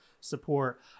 support